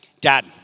dad